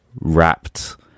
wrapped